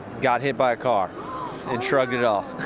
got hit by a caand and shrugged it off.